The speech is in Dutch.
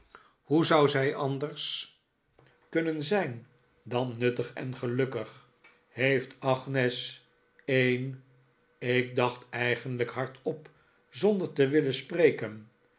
hoe zou zij anders kunnen zijn dan nuttig en gelukkig heeft agnes een ik dacht eigenlijk hardop zonder te willen spreken